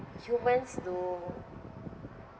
humans do